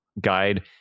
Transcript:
guide